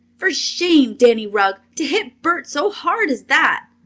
for shame, danny rugg, to hit bert so hard as that!